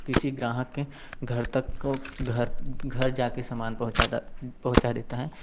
किसी ग्राहक के घर तक वो घर घर जाके समान पहुँचाता पहुँचा देता है